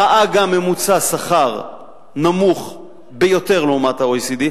ראה גם ממוצע שכר נמוך ביותר לעומת ה-OECD,